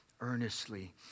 earnestly